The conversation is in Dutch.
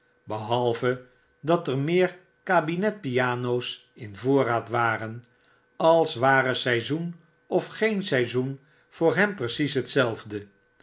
behalve dat er meer kabinet pianos in voorraad waren als ware seizoen of geen seizoen voor hem precies hetzelfde